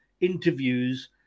interviews